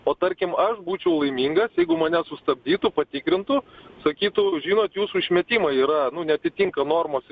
o tarkim aš būčiau laimingas jeigu mane sustabdytų patikrintų sakytų žinot jūsų išmetimai yra nu neatitinka normos